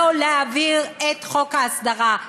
לא להעביר את חוק ההסדרה.